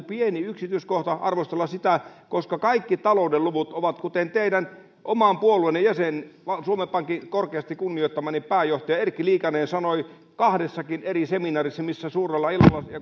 pieni yksityiskohta arvostella sitä koska kaikki talouden luvut kansantalouden kasvu kaikilla taloutemme pääaloilla kuten teidän oman puolueenne jäsen suomen pankin korkeasti kunnioittamani pääjohtaja erkki liikanen sanoi kahdessakin eri seminaarissa missä oli suuri